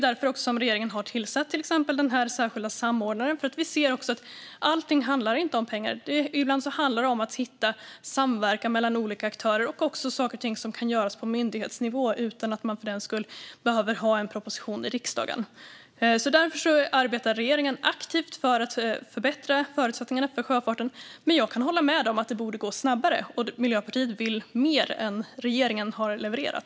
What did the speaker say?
Därför har regeringen tillsatt den särskilda samordnaren. Allt handlar inte om pengar. Ibland handlar det om att hitta samverkan mellan olika aktörer och sådant som kan göras på myndighetsnivå utan att det behövs en proposition till riksdagen. Regeringen arbetar aktivt för att förbättra förutsättningarna för sjöfarten. Jag kan dock hålla med om att det borde gå snabbare, och Miljöpartiet vill mer än regeringen har levererat.